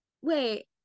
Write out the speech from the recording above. Wait